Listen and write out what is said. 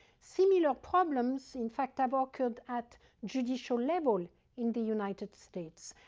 similar problems, in fact, have ah occurred at judicial level in the united states.